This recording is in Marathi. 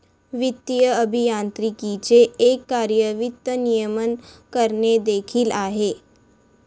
वित्तीय अभियांत्रिकीचे एक कार्य वित्त नियमन करणे देखील आहे